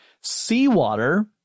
Seawater